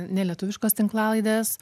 ne lietuviškos tinklalaidės